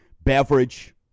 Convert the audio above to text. beverage